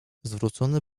zwrócony